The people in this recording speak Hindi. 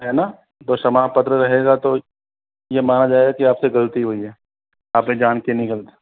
है ना तो क्षमा पत्र रहेगा तो ये माना जाएगा कि आपसे गलती हुई है आपने जान के नहीं